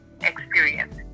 experience